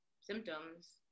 symptoms